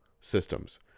systems